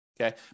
okay